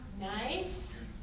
Nice